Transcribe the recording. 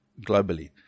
globally